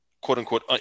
quote-unquote